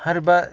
ꯍꯥꯏꯔꯤꯕ